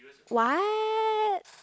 what